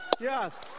Yes